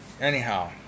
anyhow